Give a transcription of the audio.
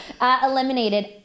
Eliminated